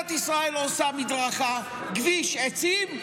מדינת ישראל עושה מדרכה, כביש, עצים,